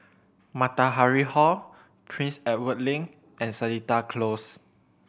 Matahari Hall Prince Edward Link and Seletar Close